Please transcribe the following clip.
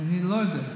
אני לא יודע.